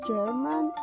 German